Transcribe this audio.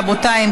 רבותיי,